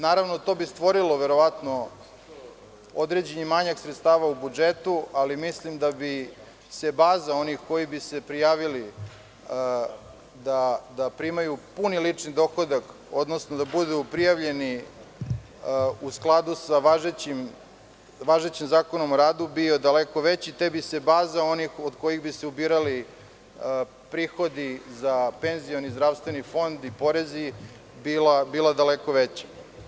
Naravno, to bi stvorilo određeni manjak sredstava u budžetu, ali mislim da bi baza onih koji bi se prijavili da primaju puni lični dohodak, odnosno da budu prijavljeni u skladu sa važećim Zakonom o radu, bila daleko veća, te bi baza od kojih bi se ubirali prihodi za penzioni i zdravstveni fond bila daleko veća.